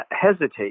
hesitate